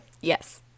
Yes